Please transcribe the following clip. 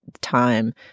time